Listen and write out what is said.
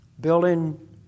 building